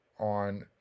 on